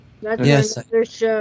Yes